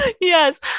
yes